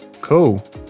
Cool